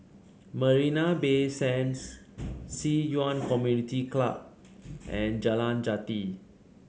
Marina Bay Sands Ci Yuan Community Club and Jalan Jati